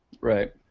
Right